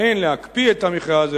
אין להקפיא את המכרז,